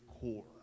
core